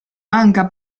manca